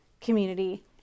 community